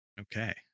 Okay